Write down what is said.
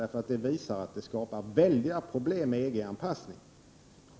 Detta material visar nämligen att EG-anpass ningen skapar väldiga problem.